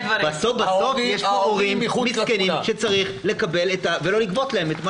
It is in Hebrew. בסוף יש פה הורים מסכנים שצריך לא לגבות מהם.